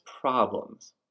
problems